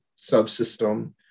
subsystem